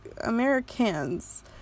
Americans